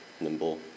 nimble